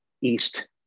east